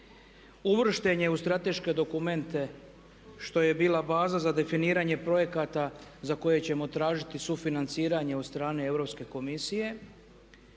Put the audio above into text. Uvršten je u strateške dokumente što je bila baza za definiranje projekata za koje ćemo tražiti sufinanciranje od strane Europske komisije.